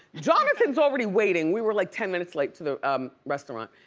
jonathan's already waiting. we were like ten minutes late to the restaurant.